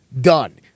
done